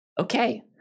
Okay